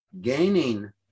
gaining